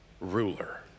ruler